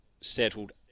settled